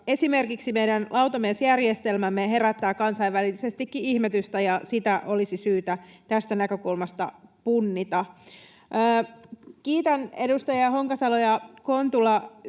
Esimerkiksi meidän lautamiesjärjestelmämme herättää kansainvälisestikin ihmetystä, ja sitä olisi syytä tästä näkökulmasta punnita. Kiitän edustajia Honkasalo ja Kontula